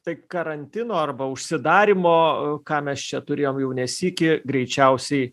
tai karantino arba užsidarymo ką mes čia turėjom jau ne sykį greičiausiai